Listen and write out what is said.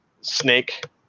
snake